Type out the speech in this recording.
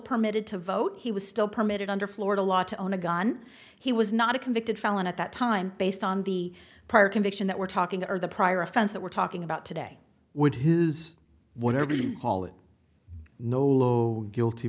permitted to vote he was still permitted under florida law to own a gun he was not a convicted felon at that time based on the prior conviction that we're talking or the prior offense that we're talking about today would his whatever you call it no law guilty